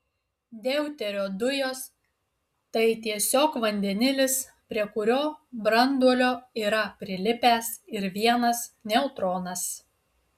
deuterio dujos tai tiesiog vandenilis prie kurio branduolio yra prilipęs ir vienas neutronas